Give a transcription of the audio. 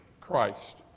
Christ